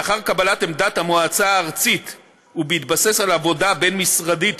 לאחר קבלת עמדת המועצה הארצית ובהתבסס על עבודה בין-משרדית